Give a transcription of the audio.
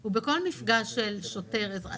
הוא בכל מפגש של שוטר ואזרח.